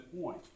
point